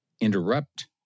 interrupt